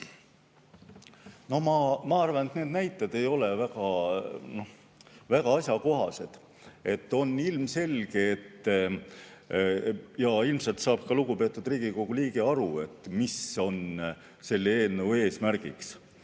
Ma arvan, et need näited ei ole väga asjakohased. On ilmselge ja ilmselt saab ka lugupeetud Riigikogu liige aru, mis on selle eelnõu eesmärk.